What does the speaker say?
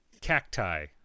cacti